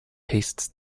tastes